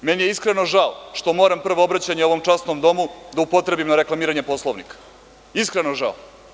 Meni je iskreno žao što moram prvo obraćanje ovom časnom domu da upotrebim na reklamiranje Poslovnika, iskreno žao.